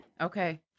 Okay